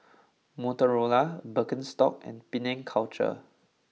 Motorola Birkenstock and Penang Culture